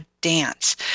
dance